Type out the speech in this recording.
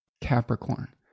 capricorn